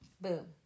boom